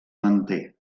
manté